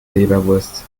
leberwurst